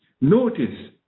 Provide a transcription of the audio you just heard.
notice